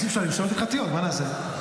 אנשים שואלים שאלות הלכתיות, מה נעשה?